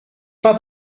pas